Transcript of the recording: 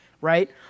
right